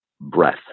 breath